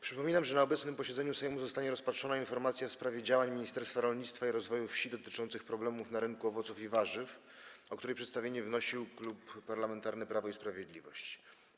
Przypominam, że na obecnym posiedzeniu Sejmu zostanie rozpatrzona informacja w sprawie działań Ministerstwa Rolnictwa i Rozwoju Wsi dotyczących problemów na rynku owoców i warzyw, o której przedstawienie wnosił Klub Parlamentarny Prawo i Sprawiedliwość.